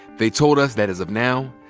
they told us that, as of now,